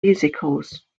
musicals